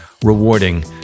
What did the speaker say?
rewarding